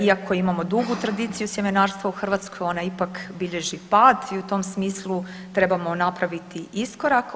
Iako imamo dugu tradiciju sjemenarstva u Hrvatskoj, onda ipak bilježi pad i u tom smislu trebamo napraviti iskorak.